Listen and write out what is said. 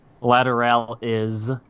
Lateral-is